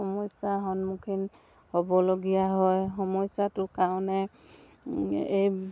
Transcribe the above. সমস্যাৰ সন্মুখীন হ'বলগীয়া হয় সমস্যাটো কাৰণে এই